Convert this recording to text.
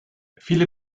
viele